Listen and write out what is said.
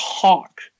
talk